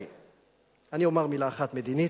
כלכלי"; אני אומר מלה אחת מדינית: